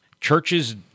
churches